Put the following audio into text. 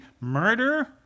murder